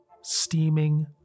steaming